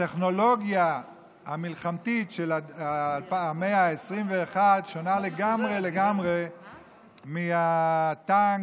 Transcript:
והטכנולוגיה המלחמתית של המאה ה-21 שונה לגמרי לגמרי מהטנק